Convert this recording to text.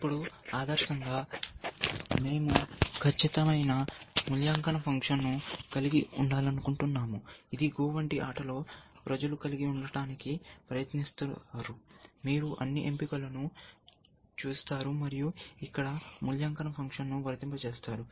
ఇప్పుడు ఆదర్శంగా మేము ఒక ఖచ్చితమైన మూల్యాంకన ఫంక్షన్ను కలిగి ఉండాలనుకుంటున్నాము ఇది GO వంటి ఆటలో ప్రజలు కలిగి ఉండటానికి ప్రయత్నిస్తారు మీరు అన్ని ఎంపికలను చూస్తారు మరియు ఇక్కడ మూల్యాంకన ఫంక్షన్ను వర్తింపజేస్తారు